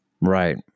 Right